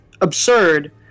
absurd